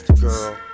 girl